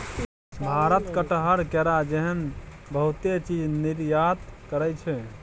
भारत कटहर, केरा जेहन बहुते चीज निर्यात करइ छै